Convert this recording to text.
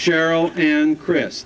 cheryl and chris